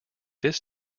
this